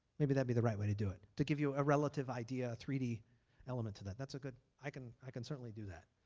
maybe that would be the right way to do it to give you a relative idea, a three element to that. that's a good i can i can certainly do that.